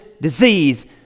disease